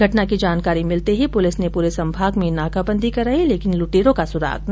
घटना की जानकारी मिलते ही पुलिस ने पूरे संभाग में नाकाबंदी करवा दी लेकिन लुटेरों का सुराग नहीं लगा